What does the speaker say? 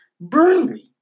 Burnley